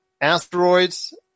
Asteroids